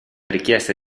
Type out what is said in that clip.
richieste